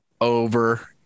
over